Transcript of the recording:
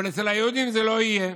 אבל אצל היהודים זה לא יהיה?